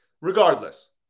regardless